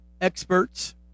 experts